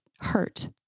hurt